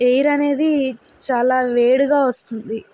air అనేది చాలా వేడిగా వస్తుంది